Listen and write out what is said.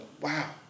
Wow